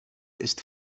ist